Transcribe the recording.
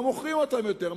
לא מוכרים אותם יותר.